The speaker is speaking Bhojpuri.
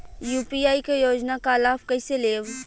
यू.पी क योजना क लाभ कइसे लेब?